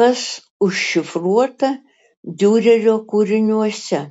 kas užšifruota diurerio kūriniuose